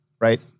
right